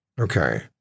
Okay